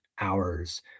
hours